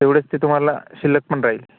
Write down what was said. तेवढेच ते तुम्हाला शिल्लक पण राहील